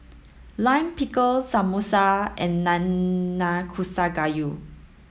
Lime Pickle Samosa and Gayu